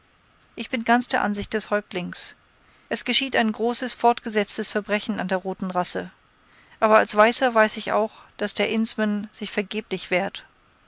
ich bin ganz der ansicht des häuptlings es geschieht ein großes fortgesetztes verbrechen an der roten rasse aber als weißer weiß ich auch daß der indsman sich vergeblich wehrt